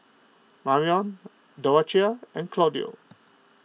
Marrion Dorathea and Claudio